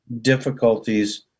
difficulties